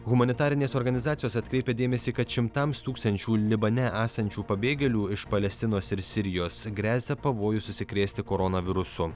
humanitarinės organizacijos atkreipia dėmesį kad šimtams tūkstančių libane esančių pabėgėlių iš palestinos ir sirijos gresia pavojus užsikrėsti koronavirusu